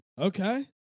Okay